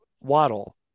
waddle